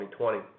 2020